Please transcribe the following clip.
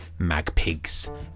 magpigs